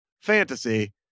Fantasy